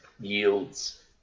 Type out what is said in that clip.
yields